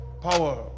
power